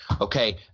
Okay